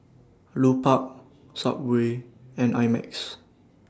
Lupark Subway and I Max